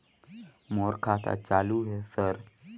मोर खाता चालु हे सर?